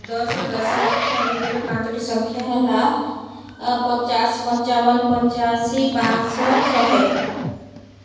ଦଶରୁ ଦଶଲକ୍ଷ ଭିତରେ ପାଞ୍ଚଟି ସଂଖ୍ୟା ହେଲା ପଚାଶ ପଞ୍ଚାବନ ପଞ୍ଚାଅଶୀ ପାଞ୍ଚଶହ ଶହେ